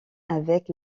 avec